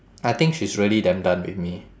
I think she's really damn done with me